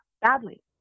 badly